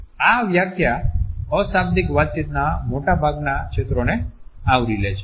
આ વ્યાખ્યા અશાબ્દિક વાતચીતના મોટાભાગના ક્ષેત્રોને આવરી લે છે